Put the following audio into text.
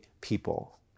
people